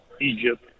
Egypt